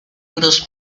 bruce